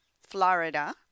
Florida